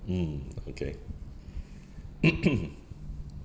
mm okay